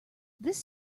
this